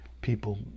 people